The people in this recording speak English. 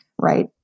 right